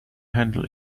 handle